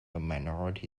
minority